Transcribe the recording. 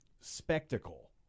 spectacle